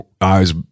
eyes